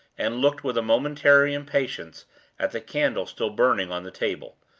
and looked with a momentary impatience at the candle still burning on the table,